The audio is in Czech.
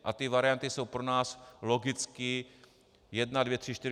A ty varianty jsou pro nás logicky jedna, dvě, tři, čtyři.